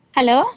Hello